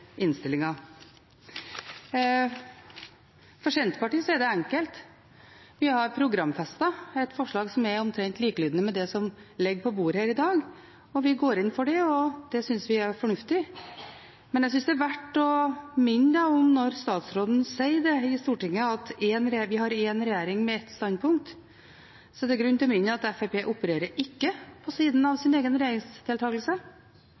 omtrent likelydende med det som ligger på bordet her i dag. Vi går inn for det, og det synes vi er fornuftig. Men jeg synes det er verdt å minne om, når statsråden i Stortinget sier at vi har en regjering med ett standpunkt, at Fremskrittspartiet ikke opererer på siden av sin egen regjeringsdeltakelse. Fremskrittspartiet er en del av det forslaget som regjeringen har fremmet, og de er en del av